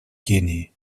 кении